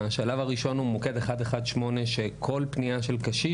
השלב הראשון הוא מוקד 118 שכל פנייה של קשיש,